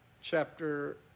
chapter